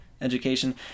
education